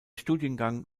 studiengang